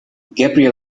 gabriel